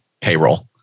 payroll